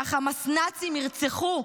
שהחמאס-נאצים ירצחו,